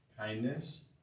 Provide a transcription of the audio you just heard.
Kindness